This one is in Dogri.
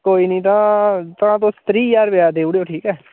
कोई निं तां तां तुस त्रीह् ज्हार रपेआ देई ओड़ेओ ठीक ऐ